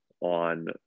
On